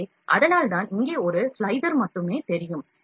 எனவே அதனால்தான் இங்கே ஒரு ஸ்லைசர் மட்டுமே தெரியும்